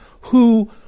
who-